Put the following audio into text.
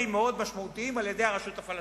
מאוד משמעותיים על-ידי הרשות הפלסטינית.